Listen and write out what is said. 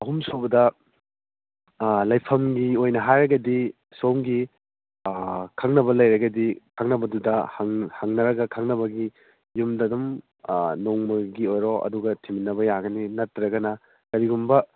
ꯑꯍꯨꯝ ꯁꯨꯕꯗ ꯂꯩꯐꯝꯒꯤ ꯑꯣꯏꯅ ꯍꯥꯏꯔꯒꯗꯤ ꯁꯣꯝꯒꯤ ꯈꯪꯅꯕ ꯂꯩꯔꯒꯗꯤ ꯈꯪꯅꯕꯗꯨꯗ ꯍꯪꯅꯔꯒ ꯈꯪꯅꯕꯒꯤ ꯌꯨꯝꯗ ꯑꯗꯨꯝ ꯅꯣꯡꯃꯒꯤ ꯑꯣꯏꯔꯣ ꯑꯗꯨꯒ ꯊꯤꯃꯤꯟꯅꯕ ꯌꯥꯒꯅꯤ ꯅꯠꯇ꯭ꯔꯒꯅ ꯀꯔꯤꯒꯨꯝꯕ